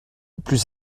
plus